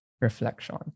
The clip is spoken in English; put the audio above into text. Reflection